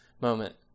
moment